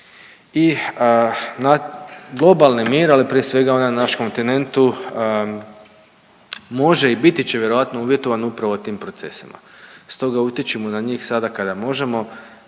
i na globalni mir, ali prije svega onaj na naš kontinentu može i biti će vjerojatno uvjetovan upravo tim procesima. Stoga utičimo na njih sada kada možemo,